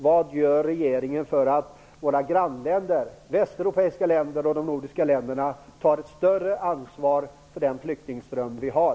Vad gör regeringen för att våra grannländer, de västeuropeiska länderna och de nordiska länderna, tar ett större ansvar för den flyktingström som vi har?